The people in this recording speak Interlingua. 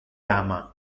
ama